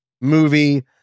movie